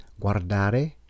guardare